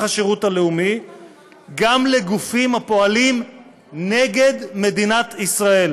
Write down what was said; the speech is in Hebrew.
השירות הלאומי גם לגופים הפועלים נגד מדינת ישראל.